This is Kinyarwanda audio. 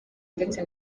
ndetse